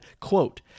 quote